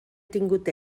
tingut